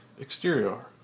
Exterior